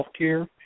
healthcare